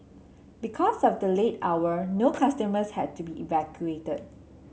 because of the late hour no customers had to be evacuated